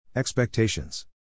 Expectations